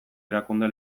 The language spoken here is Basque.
erakunde